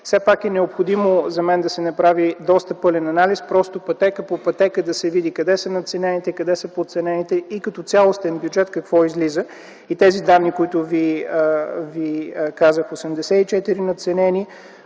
Все пак е необходимо, за мен, да се направи доста пълен анализ, просто пътека по пътека да се види къде са надценените, къде са подценените и като цялостен бюджет какво излиза. Тези данни, които ви казах: 84 надценени